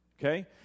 Okay